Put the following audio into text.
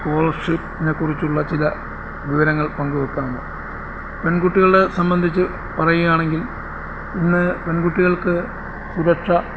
കോളർഷിപ്നെക്കുറിച്ചുള്ള ചില വിവരങ്ങൾ പങ്ക് വെക്കാനും പെൺകുട്ടികളെ സംബന്ധിച്ച് പറയുകയാണെങ്കിൽ ഇന്ന് പെൺകുട്ടികൾക്ക് സുരക്ഷ